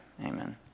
amen